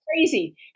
crazy